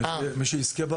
מי שיזכה.